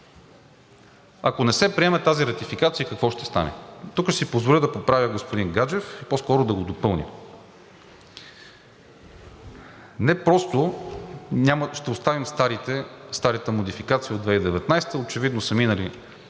Ако не се приеме тази ратификация, какво ще стане? Тук ще си позволя да поправя господин Гаджев или по-скоро да го допълня. Не просто ще оставим старите модификации от 2019 г. – очевидно са минали